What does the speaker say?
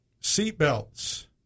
seatbelts